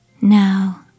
Now